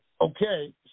Okay